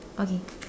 okay